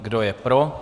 Kdo je pro?